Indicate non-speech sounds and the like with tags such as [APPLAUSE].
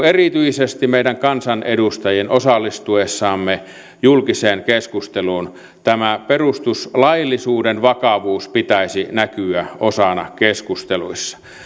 [UNINTELLIGIBLE] erityisesti meidän kansanedustajien osallistuessamme julkiseen keskusteluun tämän perustuslaillisuuden vakavuuden pitäisi näkyä osana keskusteluissa